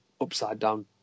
upside-down